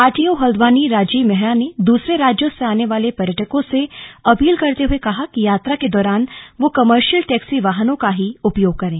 RTO Haldwani Rajeev Mehra ने दूसरे राज्यों से आने वाले पर्यटकों से अपील करते हुए कहा कि यात्रा के दौरान वह कमर्शियल टैक्सी वाहनों का ही उपयोग करें